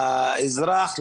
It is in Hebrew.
האזרח,